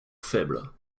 faibles